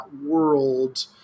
world